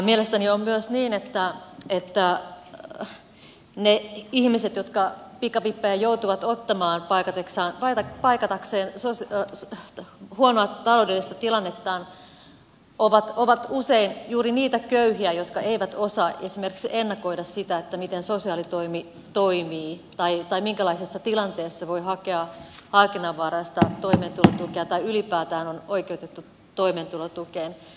mielestäni on myös niin että ne ihmiset jotka pikavippejä joutuvat ottamaan paikatakseen huonoa taloudellista tilannettaan ovat usein juuri niitä köyhiä jotka eivät osaa esimerkiksi ennakoida sitä miten sosiaalitoimi toimii tai minkälaisessa tilanteessa voi hakea harkinnanvaraista toimeentulotukea tai ylipäätään on oikeutettu toimeentulotukeen